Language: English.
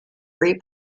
free